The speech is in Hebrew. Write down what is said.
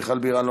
מיכל בירן,